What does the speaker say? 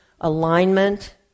alignment